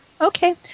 Okay